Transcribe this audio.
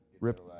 Rip